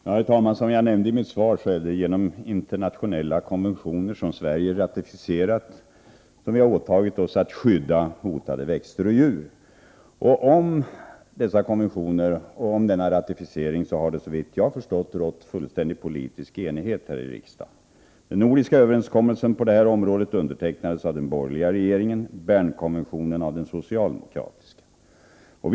Herr talman! Som jag nämnde i mitt svar har Sverige genom ratificering av internationella konventioner åtagit sig att skydda hotade växter och djur. Om ratificeringen av dessa konventioner har det såvitt jag vet rått fullständig politisk enighet här i riksdagen. Den nordiska överenskommelsen på det här området undertecknades av den borgerliga regeringen, Bernkonventionen av den socialdemokratiska regeringen.